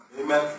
Amen